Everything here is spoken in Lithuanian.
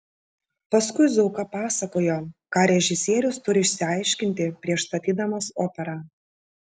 paskui zauka pasakojo ką režisierius turi išsiaiškinti prieš statydamas operą